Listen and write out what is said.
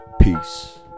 Peace